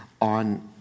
on